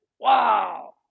Wow